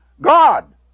God